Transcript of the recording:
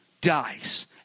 dies